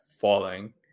falling